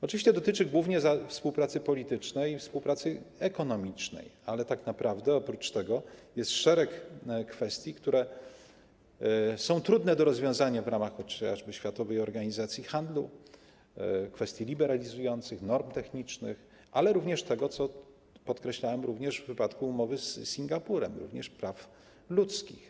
Oczywiście dotyczy to głównie współpracy politycznej, współpracy ekonomicznej, ale tak naprawdę oprócz tego jest szereg kwestii, które są trudne do rozwiązania w ramach chociażby Światowej Organizacji Handlu, kwestii liberalizujących, norm technicznych, ale również kwestii, co podkreślałem w wypadku umowy z Singapurem, praw ludzkich.